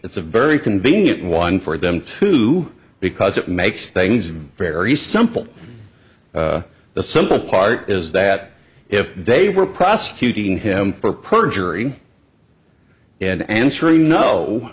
it's a very convenient one for them too because it makes things very simple the simple part is that if they were prosecuting him for perjury and answering no